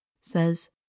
says